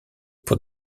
pour